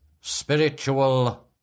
spiritual